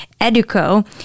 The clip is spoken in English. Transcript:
educo